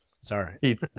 sorry